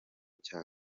cya